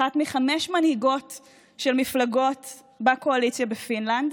אחת מחמש מנהיגות של מפלגות בקואליציה בפינלנד.